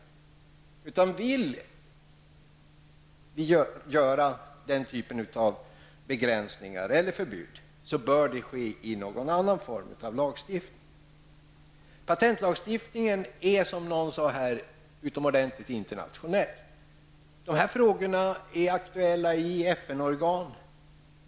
Om vi vill göra denna typ av begränsningar eller införa förbud bör det ske i någon annan form av lagstiftning. Patentlagstiftningen är, som någon sade här, utomordentligt internationell. De här frågorna är aktuella i FN-organ.